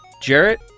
Jarrett